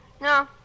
No